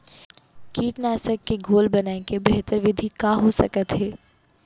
कीटनाशक के घोल बनाए के बेहतर विधि का हो सकत हे?